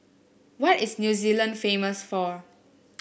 what is New Zealand famous for